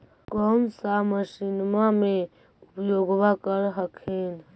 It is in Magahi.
कौन सा मसिन्मा मे उपयोग्बा कर हखिन?